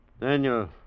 Daniel